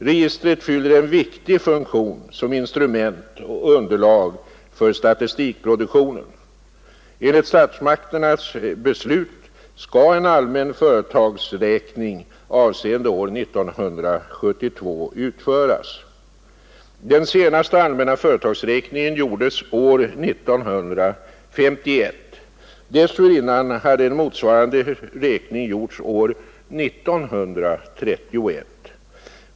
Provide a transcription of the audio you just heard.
Registret fyller en viktig funktion som instrument och underlag för statistikproduktionen. Enligt statsmakternas beslut skall en allmän företagsräkning avseende år 1972 utföras. Den senaste allmänna företagsräkningen genomfördes år 1951. Dessförinnan hade en motsvarande räkning gjorts år 1931.